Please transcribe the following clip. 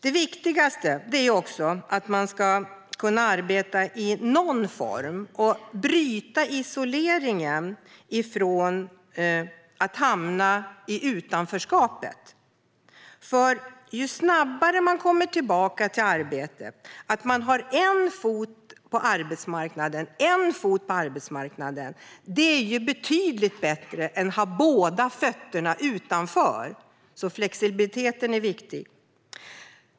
Det viktigaste är att man ska kunna arbeta i någon form och bryta isoleringen från utanförskapet. Att snabbare komma tillbaka till arbetet, få in en fot på arbetsmarknaden, är betydligt bättre än att ha båda fötterna utanför. Flexibiliteten är viktig.